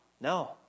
No